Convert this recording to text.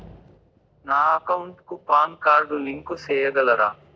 నా అకౌంట్ కు PAN card link సేయగలరా?